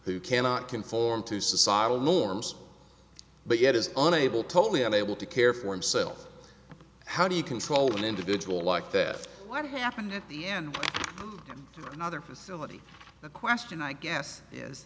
who cannot conform to societal norms but yet is unable totally unable to care for himself how do you console an individual like that what happened at the end of another facility the question i guess